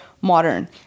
modern